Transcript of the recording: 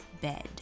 bed